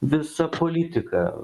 visa politika